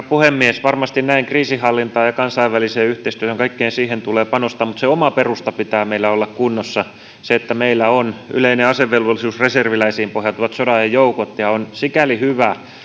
puhemies varmasti näin kriisinhallintaan ja kansainväliseen yhteistyöhön kaikkeen siihen tulee panostaa mutta sen oman perustan pitää meillä olla kunnossa se että meillä on yleinen asevelvollisuus reserviläisiin pohjautuvat sodanajan joukot ja ja on sikäli hyvä